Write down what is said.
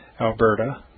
Alberta